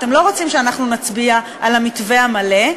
אתם לא רוצים שאנחנו נצביע על המתווה המלא,